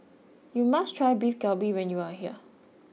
you must try Beef Galbi when you are here